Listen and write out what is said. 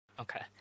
Okay